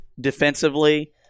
defensively